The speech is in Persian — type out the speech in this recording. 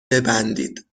ببندید